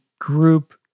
group